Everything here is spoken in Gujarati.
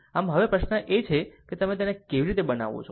આમ હવે પ્રશ્ન એ છે કે તેને કેવી રીતે બનાવવો